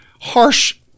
harsh